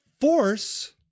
force